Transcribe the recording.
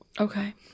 Okay